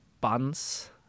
buns